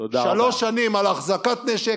שלוש שנים על החזקת נשק,